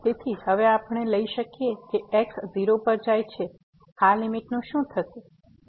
તેથી હવે આપણે લઈ શકીએ કે x 0 પર જાય છે આ લીમીટ નું શું થશે